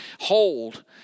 hold